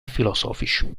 filosofici